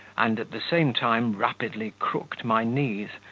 and at the same time rapidly crooked my knees,